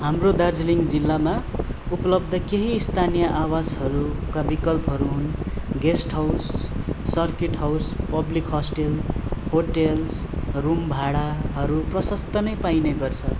हाम्रो दार्जिलिङ जिल्लामा उपलब्ध केही स्थानीय आवासहरूका विकल्पहरू हुन guest house circuit house public hostel hotels room भाडाहरू प्रसस्त नै पाइने गर्छ